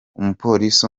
umupolisi